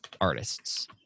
artists